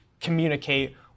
communicate